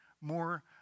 more